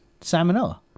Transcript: Salmonella